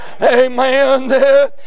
Amen